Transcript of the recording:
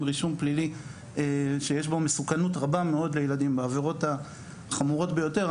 רישום פלילי שיש בו מסוכנות רבה מאוד לילדים בעבירות החמורות ביותר.